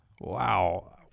Wow